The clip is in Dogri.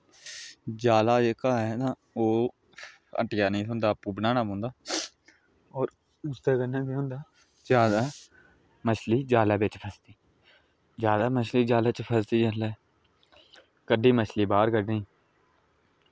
जाला जेह्का ऐ तां ओह् हट्टियां निं थ्होंदा आपूं बनाना पौंदा होर उसदे कन्नै केह् होंदा जादै मच्छली जालै बिच फस्सदी जादै मच्छली जालै च फसदी जेल्लै कड्ढी मच्छली बाहर कड्ढनी